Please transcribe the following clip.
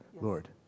Lord